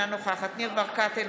אינה נוכחת ניר ברקת,